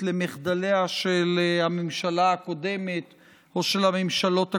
למחדליה של הממשלה הקודמת או של הממשלות הקודמות.